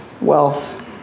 wealth